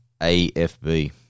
AFB